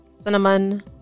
cinnamon